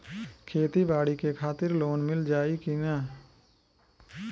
खेती बाडी के खातिर लोन मिल जाई किना?